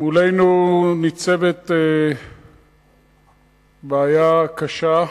מולנו ניצבת בעיה קשה,